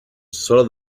sólo